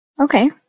Okay